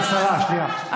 גברתי השרה, שנייה.